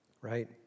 right